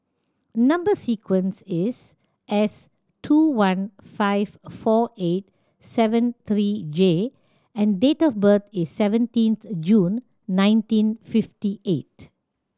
number sequence is S two one five four eight seven three J and date of birth is seventeenth June nineteen fifty eight